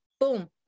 Boom